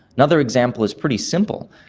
another example is pretty simple.